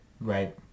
Right